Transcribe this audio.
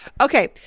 Okay